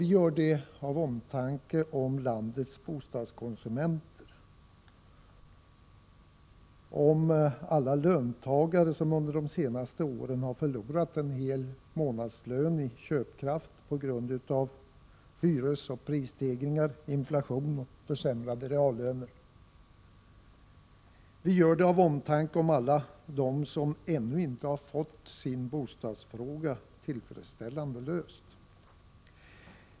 Vi gör det av omtanke om landets bostadskonsumenter, om alla löntagare som under de senaste åren har förlorat en hel månadslön i köpkraft på grund av hyresoch prisstegringar, inflation och försämrade reallöner. Vi gör det av omtanke om alla dem som ännu inte har fått sin bostadsfråga tillfredsställande löst.